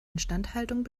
instandhaltung